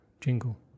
jingle